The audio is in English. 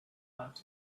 left